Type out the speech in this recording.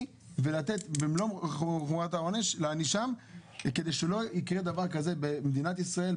ולהענישם במלוא חומרת העונש כדי שלא יקרה דבר כזה במדינת ישראל,